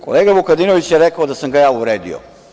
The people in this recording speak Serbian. Kolega Vukadinović je rekao da sam ga ja uvredio.